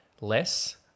less